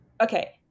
okay